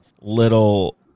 little